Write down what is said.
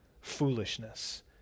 foolishness